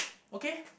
okay